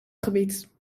gebied